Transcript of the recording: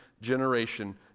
generation